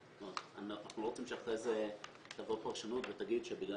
אנחנו לא רוצים שאחרי זה תבוא פרשנות ותגיד שבגלל